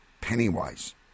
Pennywise